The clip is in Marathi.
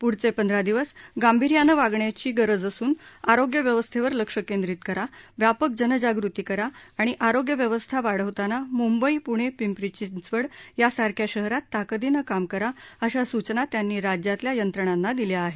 पूढचे पंधरा दिवस गांभीर्यानं वागण्याची गरज असून आरोग्य व्यवस्थेवर लक्ष केंद्रीत करा व्यापक जनजागृती करा आणि आरोग्य व्यवस्था वाढवतांना मुंबई प्णे पिंपरी चिंचवड यासारख्या शहरात ताकदीनं काम करा अशा सूचना त्यांनी राज्यातल्या यंत्रणांना दिल्या आहेत